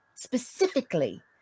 specifically